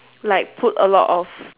like put a lot of